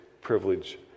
privilege